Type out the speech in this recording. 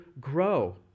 grow